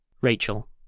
Rachel